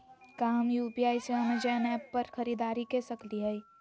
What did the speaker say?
का हम यू.पी.आई से अमेजन ऐप पर खरीदारी के सकली हई?